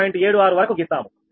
76 వరకు గీస్తాము